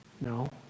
No